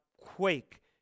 quake